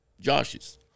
Josh's